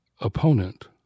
opponent